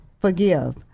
forgive